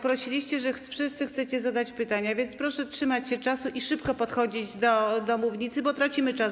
Prosiliście, by wszyscy mogli zadać pytania, więc proszę trzymać się czasu i szybko podchodzić do mównicy, bo tracimy czas.